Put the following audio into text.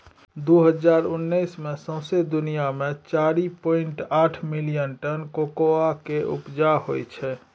दु हजार उन्नैस मे सौंसे दुनियाँ मे चारि पाइंट आठ मिलियन टन कोकोआ केँ उपजा होइ छै